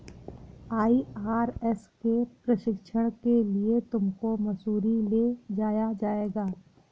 IRS के प्रशिक्षण के लिए तुमको मसूरी ले जाया जाएगा